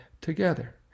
together